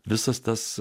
visas tas